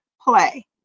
play